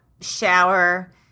Shower